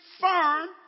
firm